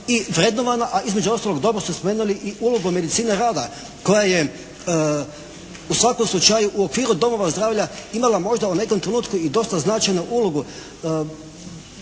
i vrednovana, a između ostalog dobro ste spomenuli i ulogu Medicine rada koja je u svakom slučaju u okviru domova zdravlja imala možda u nekom trenutku i dosta značajnu ulogu.